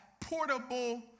portable